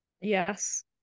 Yes